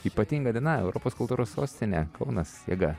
ypatinga diena europos kultūros sostinė kaunas jėga